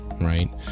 right